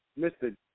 Mr